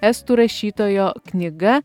estų rašytojo knyga